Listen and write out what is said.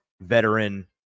veteran